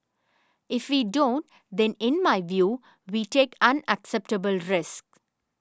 if we don't then in my view we take unacceptable risks